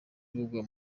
bugwa